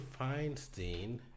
Feinstein